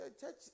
church